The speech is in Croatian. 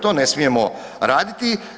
To ne smijemo raditi.